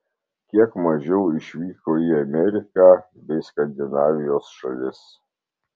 kiek mažiau išvyko į ameriką bei skandinavijos šalis